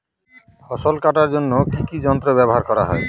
ফসল কাটার জন্য কি কি যন্ত্র ব্যাবহার করা হয়?